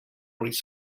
ruiz